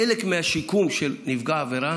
חלק גדול מהשיקום של נפגע העבירה,